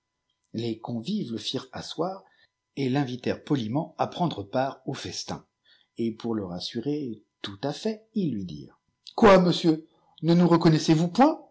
les convives le firent asseoir et l'invitèrent poliment à prendre part au festin et pour le rassurer tout à fait ils lui dirent quoi monsieur ne nous reconnaissez-vous point